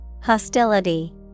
Hostility